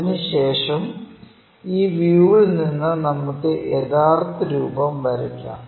അതിനുശേഷം ഈ വ്യൂവിൽ നിന്ന് നമുക്ക് യഥാർത്ഥ രൂപം വരക്കാം